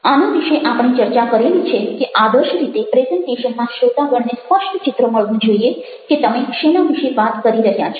આના વિશે આપણે ચર્ચા કરેલી છે કે આદર્શ રીતે પ્રેઝન્ટેશનમાં શ્રોતાગણને સ્પષ્ટ ચિત્ર મળવું જોઈએ કે તમે શેના વિશે વાત કરી રહ્યા છો